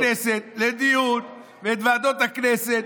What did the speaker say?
מכנסים את הכנסת לדיון, ואת ועדות הכנסת.